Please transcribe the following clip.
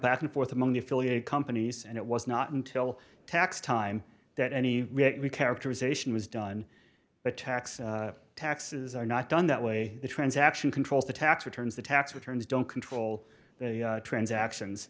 back and forth among the affiliate companies and it was not until tax time that any characterization was done but tax taxes are not done that way the transaction controls the tax returns the tax returns don't control the transactions